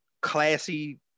classy